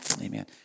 amen